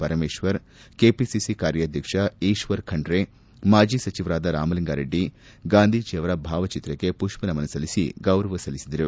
Parameshwar KPCC ಕಾರ್ಯಾಧ್ವಕ್ಷ ಈಶ್ವರ್ ಖಂಡ್ರೆ ಮಾಜಿ ಸಚಿವರಾದ ರಾಮಲಿಂಗಾರೆಡ್ಡಿ ಗಾಂಧೀಜಿಯವರ ಭಾವಚಿತ್ರಕ್ಕೆ ಮಷ್ಪನಮನ ಸಲ್ಲಿಶಿ ಗೌರವ ಸಲ್ಲಿಸಿದರು